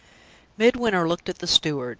midwinter looked at the steward.